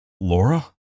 Laura